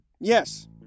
Yes